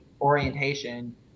orientation